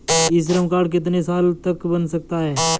ई Shram card कितने साल तक बन सकता है?